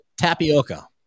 Tapioca